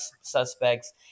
suspects